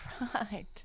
Right